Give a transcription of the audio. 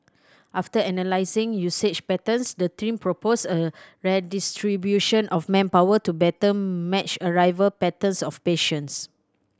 after analysing usage patterns the team proposed a redistribution of manpower to better match arrival patterns of patients